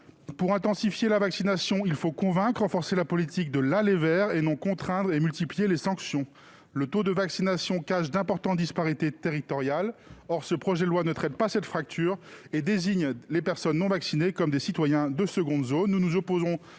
Pour intensifier la vaccination, il faut convaincre et renforcer la politique de l'« aller vers » et non contraindre et multiplier les sanctions. Le taux de vaccination cache d'importantes disparités territoriales. Or ce projet de loi ne traite pas de cette fracture et fait des personnes non vaccinées des citoyens de seconde zone.